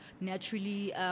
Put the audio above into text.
naturally